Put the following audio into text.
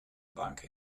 bank